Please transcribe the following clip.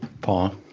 Paul